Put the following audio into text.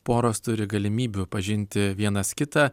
poros turi galimybių pažinti vienas kitą